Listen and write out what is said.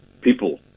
people